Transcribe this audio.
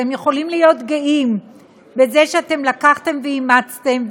אתם יכולים להיות גאים בזה שאתם לקחתם ואימצתם,